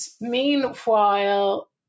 meanwhile